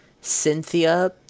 Cynthia